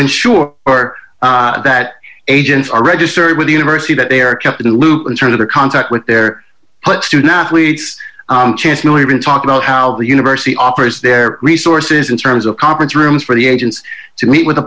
ensure that agents are registered with the university that they are kept in the loop in terms of the contact with their student athletes chancellor even talk about how the university offers their resources in terms of conference rooms for the agents to meet with the